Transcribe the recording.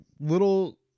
little